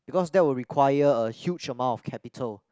because that will require a huge amount of capital